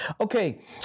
Okay